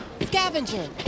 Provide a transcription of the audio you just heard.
Scavenger